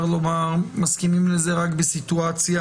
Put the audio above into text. לומר שאנחנו מסכימים לזה רק בסיטואציה